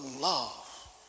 love